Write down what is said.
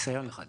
ניסיון לחדירה.